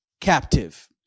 captive